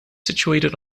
situated